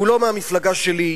שהוא לא מהמפלגה שלי,